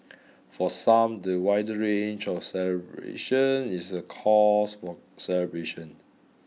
for some the wider range of celebrations is a cause for celebration